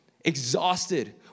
exhausted